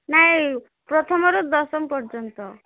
ନାଇଁ ପ୍ରଥମରୁ ଦଶମ ପର୍ଯ୍ୟନ୍ତ